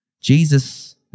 Jesus